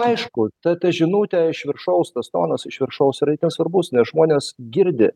aišku ta ta žinutė iš viršaus tas tonas iš viršaus yra itin svarbus nes žmonės girdi